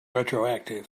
retroactive